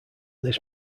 this